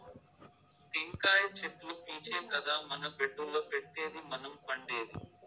టెంకాయ చెట్లు పీచే కదా మన బెడ్డుల్ల పెట్టేది మనం పండేది